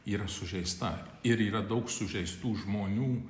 yra sužeista ir yra daug sužeistų žmonių